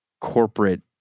corporate